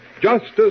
justice